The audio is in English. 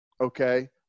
Okay